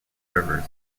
rivers